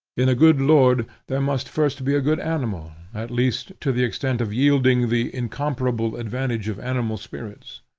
in a good lord there must first be a good animal, at least to the extent of yielding the incomparable advantage of animal spirits.